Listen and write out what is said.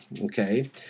Okay